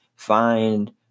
Find